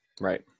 Right